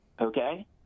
okay